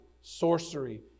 sorcery